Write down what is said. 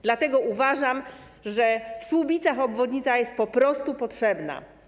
Dlatego uważam, że w Słubicach obwodnica jest po prostu potrzebna.